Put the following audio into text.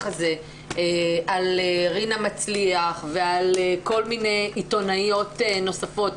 הזה על רינה מצליח ועל כל מיני עיתונאיות נוספות,